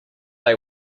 they